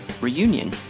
Reunion